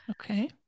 Okay